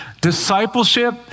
discipleship